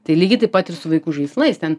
tai lygiai taip pat ir su vaikų žaislais ten